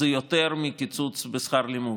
זה יותר מהקיצוץ בשכר הלימוד.